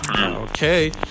okay